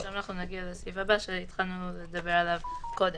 כל זה אנחנו עושים בגלל מחלה, בגלל מגפה.